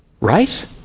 Right